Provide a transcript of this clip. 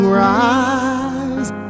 rise